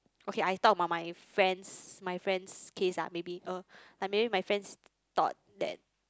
okay I talk about my friend's my friend's case ah maybe uh maybe my friend thought that